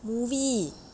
movie